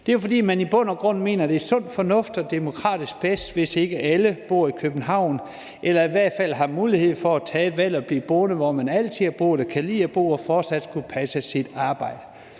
Det er, fordi man i bund og grund mener, det er sund fornuft og demokratisk bedst, hvis ikke alle bor i København eller i hvert fald har mulighed for at tage valget om at blive boende, hvor man altid har boet eller kan lide at bo, og fortsat kunne passe sit arbejde.